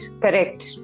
correct